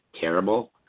terrible